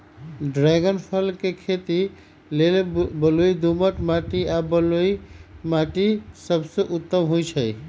dragon फल के खेती लेल बलुई दोमट माटी आ बलुआइ माटि सबसे उत्तम होइ छइ